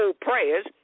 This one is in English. prayers